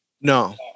no